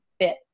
fit